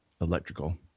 electrical